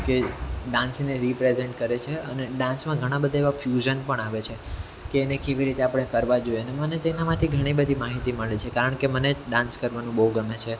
કે ડાન્સને રિપ્રેસેન્ટ કરે છે અને ડાન્સમાં ઘણા બધા એવા ફ્યુઝન પણ આવે છે કે એને કેવી રીતે આપણે કરવા જોઈએ અને મને તેના માંથી ઘણી બધી માહિતી મળે છે કારણ કે મને જ ડાન્સ કરવાનું બહુ ગમે છે